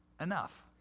Enough